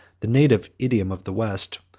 the native idiom of the west,